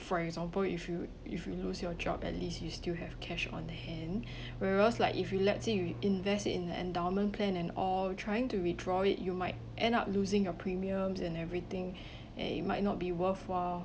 for example if you if you lose your job at least you still have cash on the hand whereas like if you let's say you invest in the endowment plan and all trying to withdraw it you might end up losing your premiums and everything and it might not be worthwhile